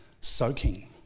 soaking